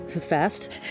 fast